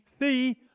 see